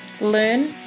Learn